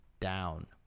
down